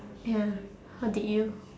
ya or did you